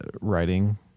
writing